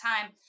time